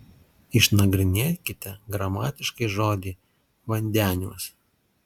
išnagrinėkite gramatiškai žodį vandeniuos